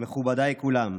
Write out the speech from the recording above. מכובדיי כולם,